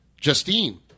Justine